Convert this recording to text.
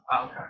Okay